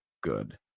good